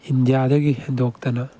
ꯏꯟꯗꯤꯌꯥꯗꯒꯤ ꯍꯦꯟꯗꯣꯛꯇꯅ